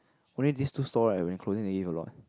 only this two stall right when closing they give a lot